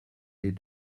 est